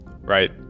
right